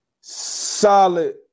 solid